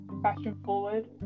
fashion-forward